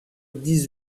dix